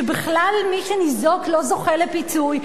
שבכלל מי שניזוק לא זוכה לפיצוי,